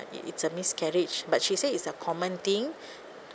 it's a miscarriage but she say it's a common thing